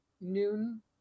noon